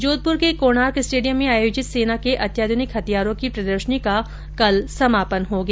जोधपुर के कोणार्क स्टेडियम में आयोजित सेना के अत्याधुनिक हथियारों की प्रदर्शनी का कल समापन हो गया